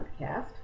podcast